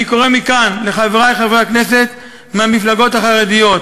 אני קורא מכאן לחברי חברי הכנסת מהמפלגות החרדיות: